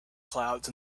clouds